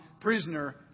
prisoner